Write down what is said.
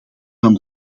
van